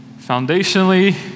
foundationally